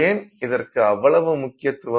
ஏன் இதற்கு அவ்வளவு முக்கியத்துவம்